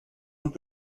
und